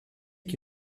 qui